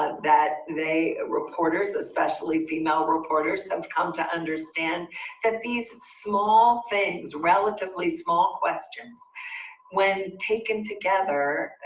ah that they, reporters especially female reporters have come to understand that these small things relatively small questions when taken together,